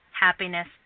Happiness